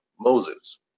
moses